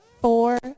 four